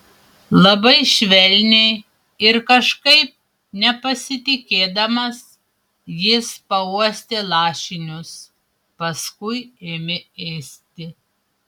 labai švelniai ir kažkaip nepasitikėdamas jis pauostė lašinius paskui ėmė ėsti